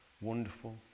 wonderful